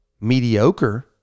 mediocre